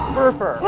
fur fur.